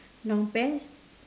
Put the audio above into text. long pants